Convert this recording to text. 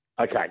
okay